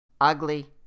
Ugly